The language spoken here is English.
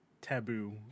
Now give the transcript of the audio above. taboo